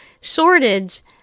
shortage